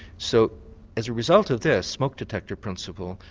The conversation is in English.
so as a result of this smoke detector principle,